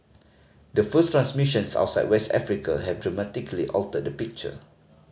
the first transmissions outside West Africa have dramatically altered the picture